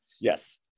Yes